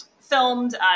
filmed